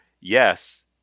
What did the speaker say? yes